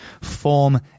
form